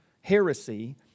heresy